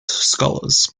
scholars